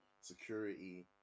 security